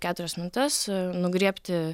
keturias minutes nugriebti